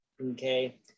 Okay